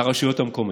לרשויות המקומיות.